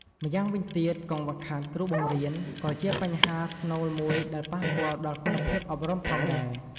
ម្យ៉ាងវិញទៀតកង្វះខាតគ្រូបង្រៀន ក៏ជាបញ្ហាស្នូលមួយដែលប៉ះពាល់ដល់គុណភាពអប់រំផងដែរ។